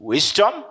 Wisdom